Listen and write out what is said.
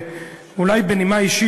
אולי בנימה אישית,